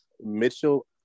Mitchell